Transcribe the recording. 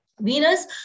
Venus